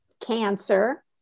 cancer